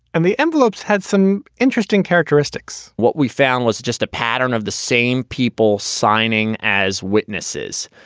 and the envelopes had some interesting characteristics what we found was just a pattern of the same people signing as witnesses.